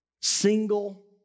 single